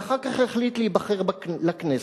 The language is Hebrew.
ואחר כך החליט להיבחר לכנסת,